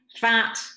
fat